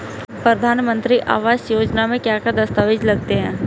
प्रधानमंत्री आवास योजना में क्या क्या दस्तावेज लगते हैं?